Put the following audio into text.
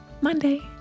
Monday